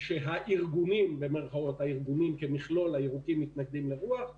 הוא שהארגונים הירוקים כמכלול מתנגדים לרוח.